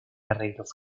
arreglos